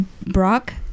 Brock